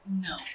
No